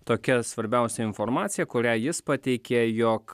tokia svarbiausia informacija kurią jis pateikė jog